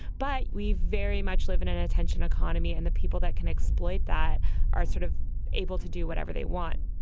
but we very much live in an attention economy and the people that can exploit that are sort of able to do whatever they want